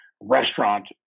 restaurant